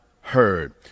heard